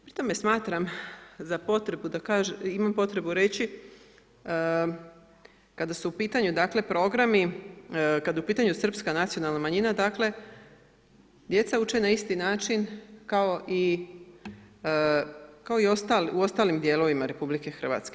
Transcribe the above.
Pri tome smatram za potrebu da kažem, imamo potrebu reći kada su u pitanju dakle programi, kada je u pitanju srpska nacionalna manjina dakle djeca uče na isti način kao i u ostalim dijelovima RH.